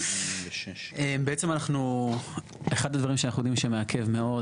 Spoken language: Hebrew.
בעצם אחד הדברים שאנחנו יודעים מעכבים מאוד